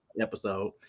episode